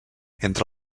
entre